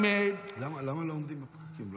למה לא עומדים בפקקים?